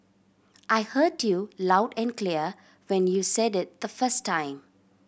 I heard you loud and clear when you said it the first time